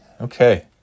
Okay